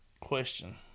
question